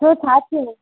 छो छा थियो